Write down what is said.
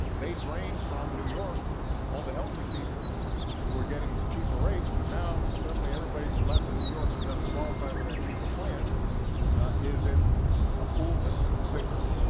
they drain from new york all the healthy people who are getting cheaper rates, but now suddenly everybody left in new york who doesn't qualify for that cheaper plan is in a pool that's sicker,